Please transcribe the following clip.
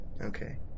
Okay